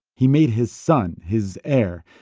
he made his son, his heir,